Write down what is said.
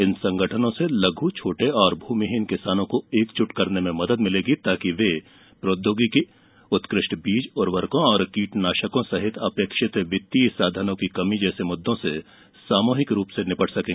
इन संगठनों से लघु छोटे और भूमिहीन किसानों को एकजुट करने में मदद मिलेगी ताकि वे प्रौद्योगिकी उत्कृष्ट बीज उर्वरको और कीटनाशकों सहित अपेक्षित वित्तीय साधनों की कमी जैसे मुद्दों से सामूहिक रूप से निपट सकें